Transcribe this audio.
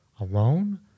alone